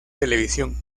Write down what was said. televisión